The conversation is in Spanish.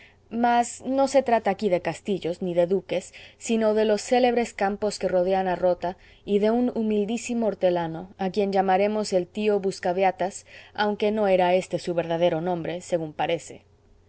mas no se trata aquí de castillos ni de duques sino de los célebres campos que rodean a rota y de un humildísimo hortelano a quien llamaremos el tío buscabeatas aunque no era éste su verdadero nombre según parece